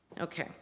Okay